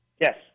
Yes